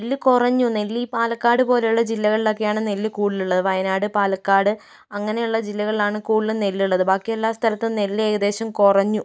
നെല്ല് കുറഞ്ഞു നെല്ല് ഈ പാലക്കാട് പോലുള്ള ജില്ലകളിലൊക്കെയാണ് നെല്ല് കൂടുതലുള്ളത് വയനാട് പാലക്കാട് അങ്ങനെയുള്ള ജില്ലകളിലാണ് കൂടുതലും നെല്ലുള്ളത് ബാക്കി എല്ലാ സ്ഥലത്തും നെല്ല് ഏകദേശം കുറഞ്ഞു